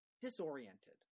disoriented